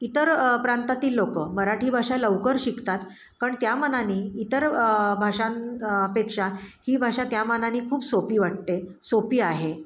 इतर प्रांतातील लोकं मराठी भाषा लवकर शिकतात पण त्या मानाने इतर भाषां पेक्षा ही भाषा त्या मानाने खूप सोपी वाटते सोपी आहे